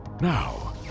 Now